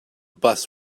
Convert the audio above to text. bus